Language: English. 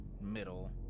middle